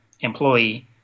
employee